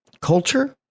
Culture